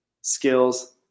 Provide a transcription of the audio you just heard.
skills